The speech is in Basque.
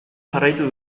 jarraitu